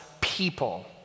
people